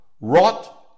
rot